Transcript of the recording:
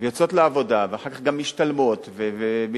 יוצאות לעבודה, ואחר כך גם משתלמות ומתמקצעות,